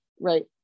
Right